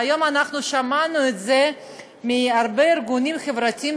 והיום אנחנו שמענו את זה מהרבה ארגונים חברתיים